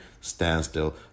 standstill